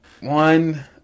One